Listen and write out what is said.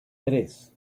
tres